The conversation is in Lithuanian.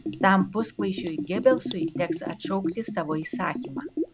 tam puskvaišiui gebelsui teks atšaukti savo įsakymą